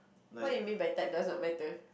what you mean by type does not matter